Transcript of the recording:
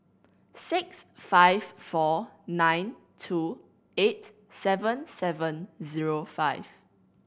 six five four nine two eight seven seven zero five